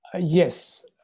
Yes